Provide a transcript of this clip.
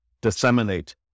disseminate